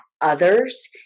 others